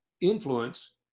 Influence